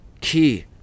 Key